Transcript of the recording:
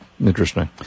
interesting